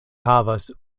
havas